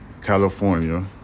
California